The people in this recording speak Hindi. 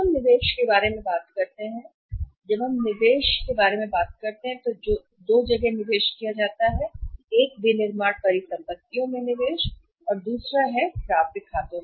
अब हम निवेश के बारे में बात करते हैं जब हम निवेश दो से बाहर निकलते हैं में विनिर्माण परिसंपत्ति निवेश में निवेश किए जाने की आवश्यकता है प्राप्त खाते